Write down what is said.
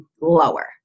lower